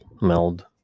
meld